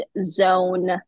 zone